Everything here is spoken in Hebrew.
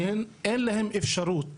אין להם אפשרות